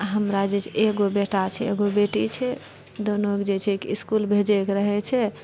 हमरा जे छै एकगो बेटा छै एकगो बेटी छै दुनूके जे छै इसकुल भेजएके रहैत छै